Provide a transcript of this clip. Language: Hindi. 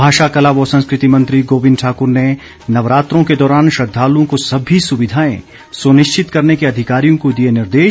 भाषा कला व संस्कृति मंत्री गोविंद ठाकुर ने नवरात्रों के दौरान श्रद्दालुओं को सभी सुविधाएं सुनिश्चित करने के अधिकारियों को दिए निर्देश